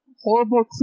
horrible